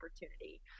opportunity